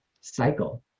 cycle